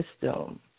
system